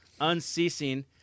unceasing